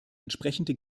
entsprechende